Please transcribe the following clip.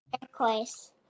turquoise